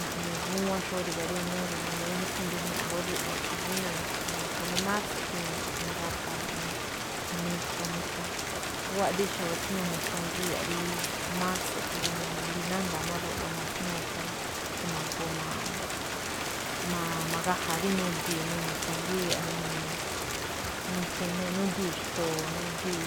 Naꞌne ngúwán xóó ri̱ga̱ rí enero. N uu rí níkhú ni̱díwiáanꞌlóꞌ rúꞌwa. A̱ꞌkhue̱n, na̱ꞌkha̱ máꞌ márso̱. A̱ꞌkhue̱n na̱gi̱ꞌdu̱u̱n nagata̱a̱ naꞌne mika mika, aguaꞌdíí xa̱bo̱ tsí nune̱ xtangíya̱ꞌ rí márso̱, a̱ꞌkhue̱n rá. N uu rí nánda̱a̱ máꞌ ruꞌwa maxnúu para magoo ma̱gaja̱a̱ rí nudii̱, nuni̱i̱ xtangíya̱ꞌ nuni̱i̱, nudii̱ xto̱o̱, nudii̱,